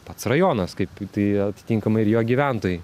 pats rajonas kaip tai atitinkamai ir jo gyventojai